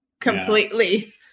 completely